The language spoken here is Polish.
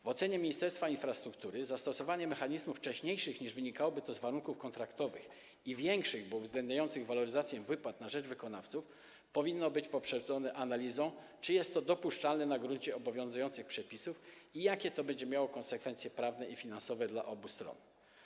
W ocenie Ministerstwa Infrastruktury zastosowanie mechanizmów wcześniejszych, niż wynikałoby to z warunków kontraktowych, i większych, bo uwzględniających waloryzację wypłat na rzecz wykonawców, powinno być poprzedzone analizą dotyczącą tego, czy jest to dopuszczalne na gruncie obowiązujących przepisów i jakie to będzie miało konsekwencje prawne i finansowe dla obu stron.